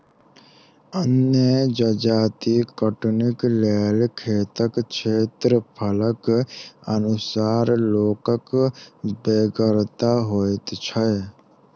अन्न जजाति कटनीक लेल खेतक क्षेत्रफलक अनुसार लोकक बेगरता होइत छै